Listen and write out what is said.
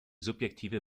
subjektive